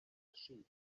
achieve